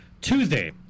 Tuesday